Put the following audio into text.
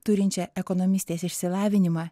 turinčia ekonomistės išsilavinimą